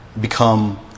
become